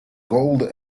gold